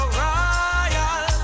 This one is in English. royal